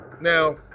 Now